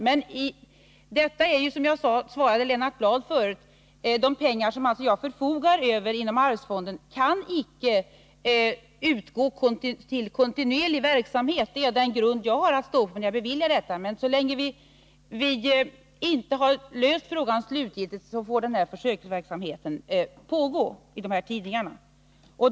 Men som jag tidigare svarade Lennart Bladh kan icke de pengar jag förfogar över genom arvsfonden utgå för kontinuerlig verksamhet. Det är den grund jag har att stå på när jag beviljar dessa medel. Så länge vi inte har löst frågan slutgiltigt får emellertid försöksverksamheten i de här tidningarna pågå.